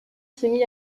semi